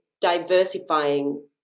diversifying